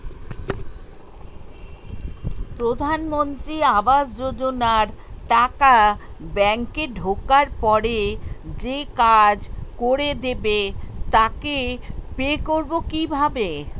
প্রধানমন্ত্রী আবাস যোজনার টাকা ব্যাংকে ঢোকার পরে যে কাজ করে দেবে তাকে পে করব কিভাবে?